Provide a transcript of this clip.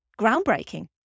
Groundbreaking